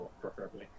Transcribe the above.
preferably